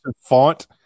font